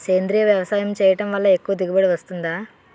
సేంద్రీయ వ్యవసాయం చేయడం వల్ల ఎక్కువ దిగుబడి వస్తుందా?